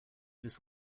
this